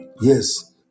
Yes